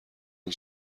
این